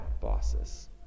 bosses